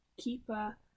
keeper